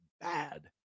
bad